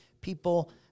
people